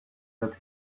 that